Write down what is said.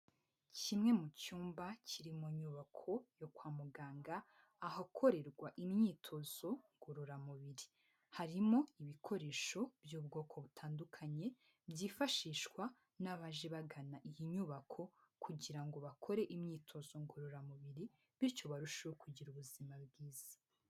Kimwe mu cyumba kiri mu nyubako yo kwa muganga ahakorerwa imyitozo ngororamubiri, harimo ibikoresho by'ubwoko butandukanye byifashishwa n'abaje bagana iyi nyubako kugira ngo bakore imyitozo ngororamubiri, bityo barusheho kugira ubuzima bwiza.